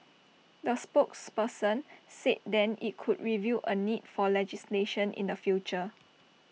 A spokesperson said then IT could review A need for legislation in the future